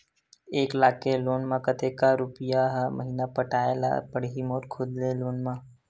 एक लाख के लोन मा कतका रुपिया हर महीना पटाय ला पढ़ही मोर खुद ले लोन मा?